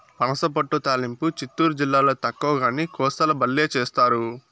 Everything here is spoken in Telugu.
పనసపొట్టు తాలింపు చిత్తూరు జిల్లాల తక్కువగానీ, కోస్తాల బల్లే చేస్తారు